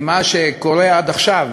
כי מה שקורה עד עכשיו,